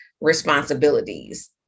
responsibilities